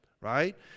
right